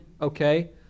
okay